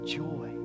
joy